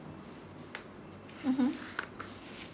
mmhmm